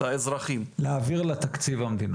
לאזרחים --- להעביר לתקציב המדינה.